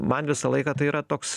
man visą laiką tai yra toks